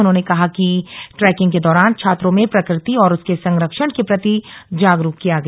उन्होंने कहा कि ट्रैकिंग के दौरान छात्रों में प्रकृति और उसके संरक्षण के प्रति जागरूक किया गया